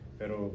pero